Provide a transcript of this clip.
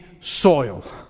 soil